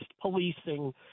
policing